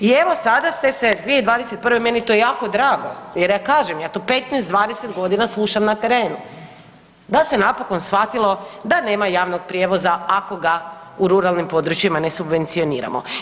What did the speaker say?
I evo sada ste se 2021., meni je to jako drago jer ja kažem ja to 15, 20 godina slušam na terenu da se napokon shvatilo da nemaju javnog prijevoza ako ga u ruralnim područjima ne subvencioniramo.